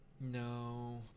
No